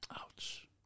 Ouch